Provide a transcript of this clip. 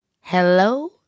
Hello